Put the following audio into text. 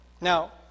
Now